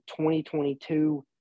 2022